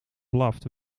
blaft